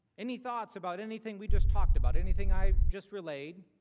any thoughts about anything we just talked about. anything i just relayed.